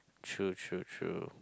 true true true